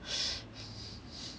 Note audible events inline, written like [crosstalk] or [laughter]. [breath]